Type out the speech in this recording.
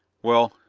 well,